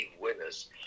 winners